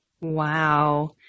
Wow